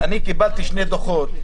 אני קיבלתי שני דוחות.